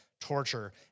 torture